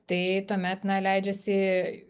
tai tuomet leidžiasi